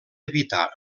evitar